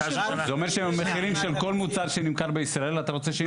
זה אומר שהמחירים של כל מוצר שנמכר בישראל אתה רוצה שיפוקח.